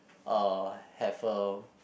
uh have a